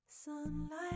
Sunlight